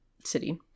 City